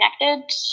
connected